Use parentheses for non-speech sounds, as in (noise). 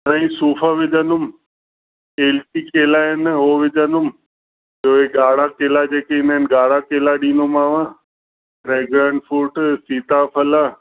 साईं सूफ़ विझंदुमि (unintelligible) केला आहिनि हो विझंदुमि ॿियो हे ॻाढ़ा केला जेके ईंदा आहिनि ॻाढ़ा केला ॾींदोमांव ड्रैगन फ्रूट सीताफल